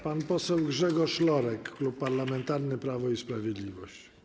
Pan poseł Grzegorz Lorek, Klub Parlamentarny Prawo i Sprawiedliwość.